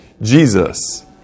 Jesus